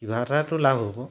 কিবা এটাটো লাভ হ'ব